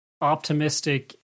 optimistic